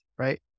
right